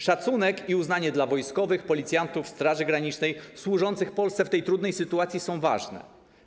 Szacunek i uznanie dla wojskowych, policjantów, Straży Granicznej służących Polsce w tej trudnej sytuacji są ważne.